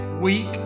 week